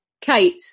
Kate